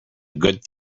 good